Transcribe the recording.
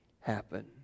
happen